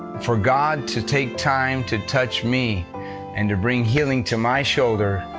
for god to take time to touch me and to bring healing to my shoulder,